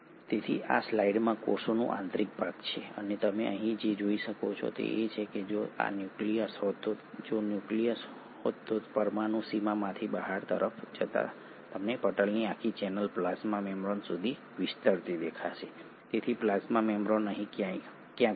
તેથી આ સ્લાઇડમાં કોષનું આંતરિક ભાગ છે અને તમે અહીં જે જોઈ શકો છો તે એ છે કે જો આ ન્યુક્લિયસ હોત તો જો આ ન્યુક્લિયસ હોત તો પરમાણુ સીમામાંથી બહારની તરફ જતા તમને પટલની આખી ચેનલ પ્લાઝ્મા મેમ્બ્રેન સુધી વિસ્તરતી દેખાશે તેથી પ્લાઝ્મા મેમ્બ્રેન અહીં ક્યાંક હશે